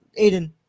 Aiden